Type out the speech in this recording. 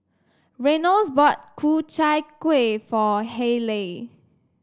Reynolds bought Ku Chai Kuih for Hayleigh